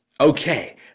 Okay